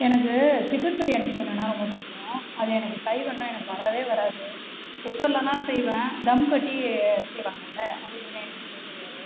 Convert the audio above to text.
எனக்கு சிக்கன் பிரியாணி செய்யணுன்னா ரொம்ப பிடிக்கும் அது எனக்கு கைவண்ணம் எனக்கு வரவே வராது குக்கர்லேனா செய்வேன் தம் கட்டி செய்வாங்களே அதுமாரி எனக்கு செய்ய தெரியாது